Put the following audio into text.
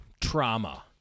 trauma